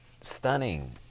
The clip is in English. stunning